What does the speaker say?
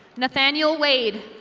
nathaniel wade.